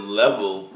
level